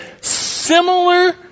similar